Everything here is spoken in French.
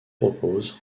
proposent